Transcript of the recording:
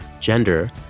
gender